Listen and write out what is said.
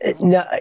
No